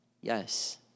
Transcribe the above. Yes